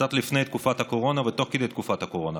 קצת לפני תקופת הקורונה ותוך כדי תקופת הקורונה.